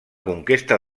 conquesta